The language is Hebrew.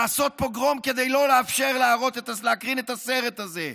לעשות פוגרום, כדי לא לאפשר להקרין את הסרט הזה.